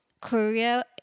Korea